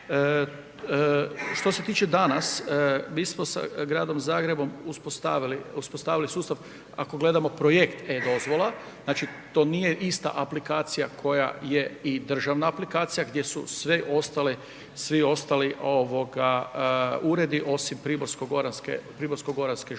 Što se tiče danas, mi smo sa gradom Zagrebom uspostavili sustav ako gledamo projekt e-dozvola, znači to nije ista aplikacija koja je i državna aplikacija gdje su svi ostali uredi osim Primorsko-goranske županije